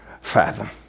fathom